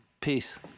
peace